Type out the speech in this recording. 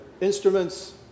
instruments